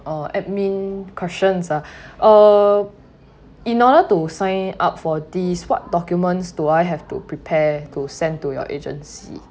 uh admin questions ah uh in order to sign up for these what documents do I have to prepare to send to your agency